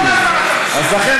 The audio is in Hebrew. אז לכן,